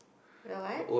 no what